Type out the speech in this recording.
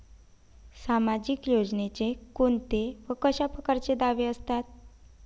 सामाजिक योजनेचे कोंते व कशा परकारचे दावे असतात?